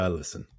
listen